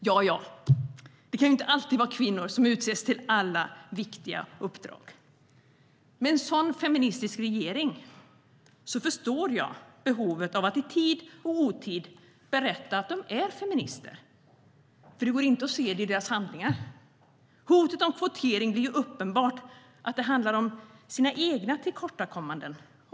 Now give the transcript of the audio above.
Ja, ja, det kan ju inte alltid vara kvinnor som utses till alla viktiga uppdrag. Med en sådan feministisk regering förstår jag behovet av att i tid och otid berätta att de är feminister, för det går inte att se det i deras handlingar. Det blir ju uppenbart att hotet om kvotering handlar om deras egna tillkortakommanden.